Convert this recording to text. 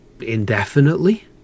Indefinitely